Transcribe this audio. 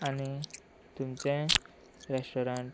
आनी तुमचें रॅस्टोरंट